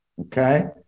Okay